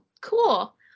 cool